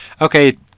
okay